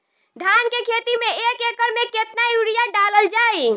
धान के खेती में एक एकड़ में केतना यूरिया डालल जाई?